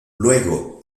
luego